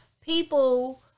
People